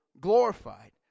glorified